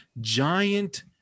giant